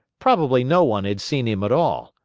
probably no one had seen him at all,